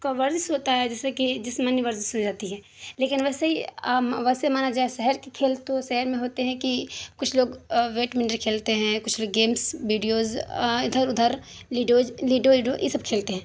کا ورزش ہوتا ہے جس سے کہ جسمانی ورزش ہو جاتی ہے لیکن ویسے ہی ویسے مانا جائے شہر کی کھیل تو شہر میں ہوتے ہیں کہ کچھ لوگ ویٹمنٹن کھیلتے ہیں کچھ لوگ گیمس بڈیوز ادھر ادھر لڈوز لڈو ایڈو یہ سب کھیلتے ہیں